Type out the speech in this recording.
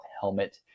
helmet